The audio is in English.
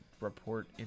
report